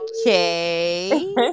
Okay